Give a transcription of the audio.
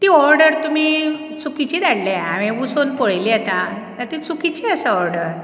ती ऑर्डर तुमी चुकीची धाडल्या हांवें उसोन पयली आतां ती चुकीची आसा ऑर्डर